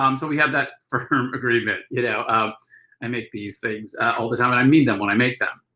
um so we have that firm agreement, you know. um i make these things all the time, and i mean them when i make them.